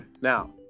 Now